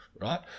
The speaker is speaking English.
Right